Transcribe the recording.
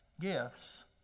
gifts